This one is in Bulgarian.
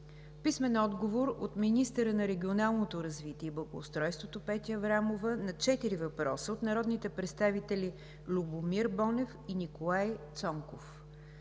Свиленски; - министъра на регионалното развитие и благоустройството Петя Аврамова на четири въпроса от народните представители Любомир Бонев и Николай Цонков;